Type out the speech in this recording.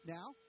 Now